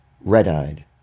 red-eyed